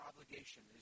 obligation